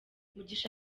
mugisha